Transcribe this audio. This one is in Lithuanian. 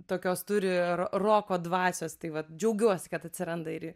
tokios turi ro roko dvasios tai vat džiaugiuosi kad atsiranda ir ji